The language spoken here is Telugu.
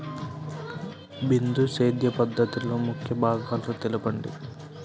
బిందు సేద్య పద్ధతిలో ముఖ్య భాగాలను తెలుపండి?